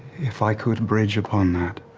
if i could bridge upon that,